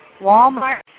Walmart